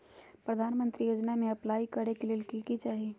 प्रधानमंत्री योजना में अप्लाई करें ले की चाही?